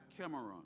Cameron